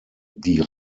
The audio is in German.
die